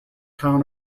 town